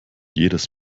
jedes